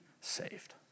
saved